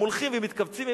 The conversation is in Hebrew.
הם הולכים ומתכווצים,